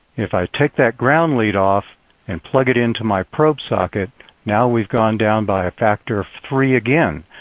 if i take that ground lead off and plug it into my probe socket, now we've gone down by a factor of three again.